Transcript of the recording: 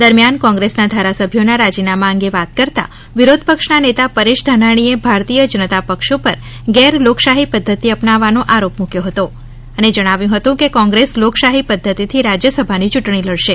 દરમિયાન કોંગ્રેસના ધારાસભ્યોના રાજીનામાં અંગે વાત કરતા વિરોધ પક્ષના નેતા પરેશ ધાનાણીએ ભારતીય જનતા પક્ષ ઉપર ગેર લોકશાહી પદ્ધતિ અપનાવવાનો આરોપ મૂક્યો હતો અને જણાવ્યું હતું કે કોંગ્રેસ લોકશાહી પદ્ધતિથી રાજ્યસભાની ચુંટણી લડશે